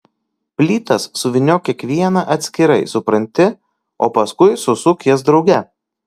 plytas suvyniok kiekvieną atskirai supranti o paskui susuk jas drauge